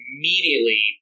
immediately